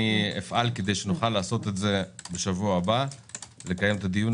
אפעל כדי שנוכל לעשות את זה בשבוע הבא - לקיים את הדיון